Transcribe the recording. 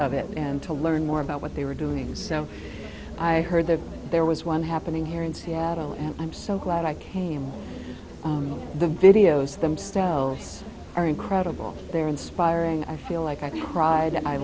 of it and to learn more about what they were doing so i heard that there was one happening here in seattle and i'm so glad i came the videos of them stow are incredible they're inspiring i feel like i cried i